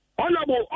honorable